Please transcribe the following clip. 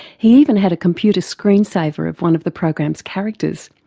he even had a computer screen saver of one of the programs characters.